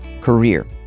career